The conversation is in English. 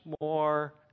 more